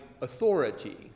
authority